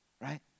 right